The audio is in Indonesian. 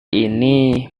ini